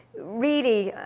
really,